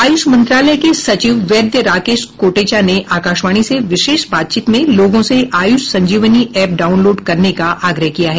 आयुष मंत्रालय के सचिव वैद्य राजेश कोटेचा ने आकाशवाणी से विशेष बातचीत में लोगों से आयुष संजीवनी ऐप डाउनलोड करने का आग्रह किया है